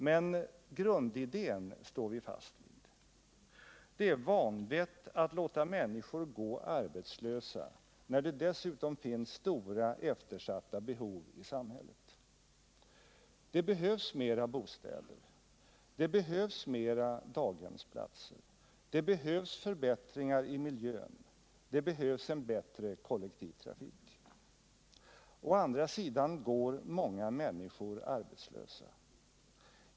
Men grundidén står vi fast vid: Det är vanvett att låta människor gå arbetslösa när det dessutom finns stora eftersatta behov i samhället. Det behövs mera bostäder, mera daghemsplatser, förbättringar i miljön och en bättre kollektivtrafik. Å andra sidan går många människor arbetslösa.